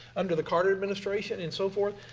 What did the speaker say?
under the carter administration and so forth.